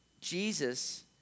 Jesus